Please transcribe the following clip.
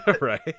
Right